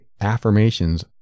affirmations